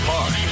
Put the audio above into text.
Park